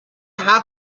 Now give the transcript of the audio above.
هفت